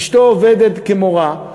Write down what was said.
אשתו עובדת כמורה,